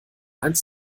eins